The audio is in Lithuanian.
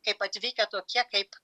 kaip atvykę tokie kaip